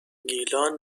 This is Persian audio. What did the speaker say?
گیلان